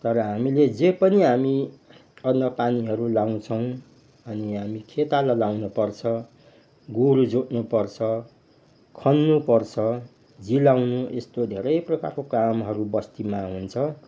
तर हामीले जे पनि हामी अन्नपानीहरू लाउँछौँ अनि हामी खेताला लाउनपर्छ गोरु जत्नपर्छ खन्नुपर्छ जिलाउनु यस्तो धेरै प्रकारको कामहरू बस्तीमा हुन्छ